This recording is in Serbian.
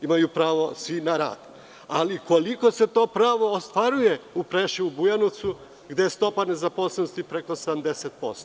Imaju pravo svi na rad, ali koliko se to pravo ostvaruje u Preševu i Bujavnovcu, gde je stopa nezaposlenosti preko 70%